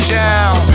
down